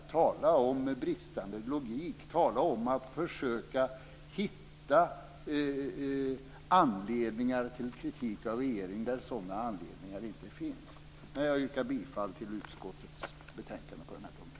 Tala om bristande logik! Tala om att försöka hitta anledningar till kritik av regeringen där sådana anledningar inte finns! Jag yrkar på godkännande av utskottets anmälan på den här punkten.